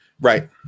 Right